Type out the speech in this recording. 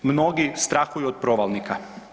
Mnogi strahuju od provalnika.